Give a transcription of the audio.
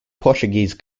portuguese